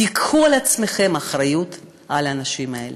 תיקחו על עצמכם אחריות על האנשים האלה.